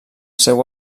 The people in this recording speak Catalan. seu